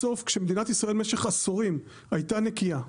בסוף כשמדינת ישראל במשך עשורים הייתה נקייה,